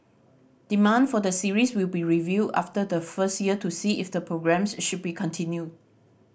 demand for the series will be reviewed after the first year to see if the programmes should be continued